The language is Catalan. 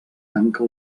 tanca